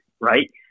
right